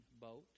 boat